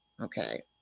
okay